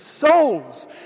souls